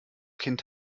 kind